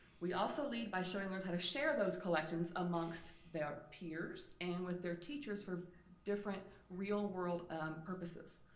we also lead by showing others how to share those collections amongst their peers and with their teachers for different real-world purposes.